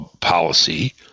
policy